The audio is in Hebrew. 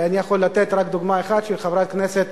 ואני יכול לתת רק דוגמה אחת, של חברת הכנסת